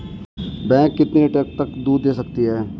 भैंस कितने लीटर तक दूध दे सकती है?